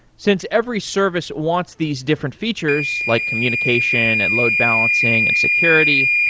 since every service wants these different features, like communication, and load balancing and security,